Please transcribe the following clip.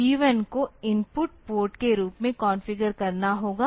तो port P1 को input port के रूप में कॉन्फ़िगर करना होगा